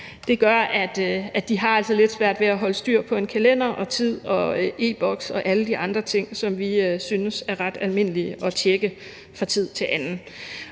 altså, at de har lidt svært ved at holde styr på en kalender, på tid og på e-boks og alle de andre ting, som vi synes er ret almindelige at tjekke fra tid til anden.